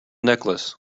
necklace